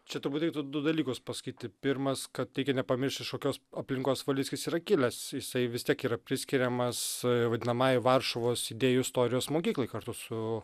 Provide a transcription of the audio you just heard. čia turbūt reiktų du dalykus pasakyti pirmas kad reikia nepamiršti iš kokios aplinkos valickis yra kilęs jisai vis tiek yra priskiriamas vadinamajai varšuvos idėjų istorijos mokyklai kartu su